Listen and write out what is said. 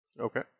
Okay